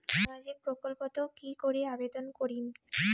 সামাজিক প্রকল্পত কি করি আবেদন করিম?